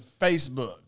Facebook